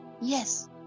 Yes